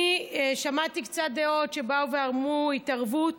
אני שמעתי קצת דעות שבאו ואמרו: התערבות.